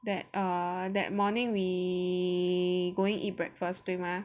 that err that morning we going eat breakfast 对 mah